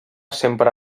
sempre